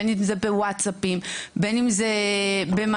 בין אם זה בווצאפ,